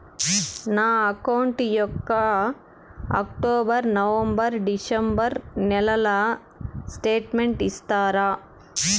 నా అకౌంట్ యొక్క October, November, December నెలల స్టేట్మెంట్ ఇస్తారా?